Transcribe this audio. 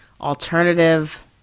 alternative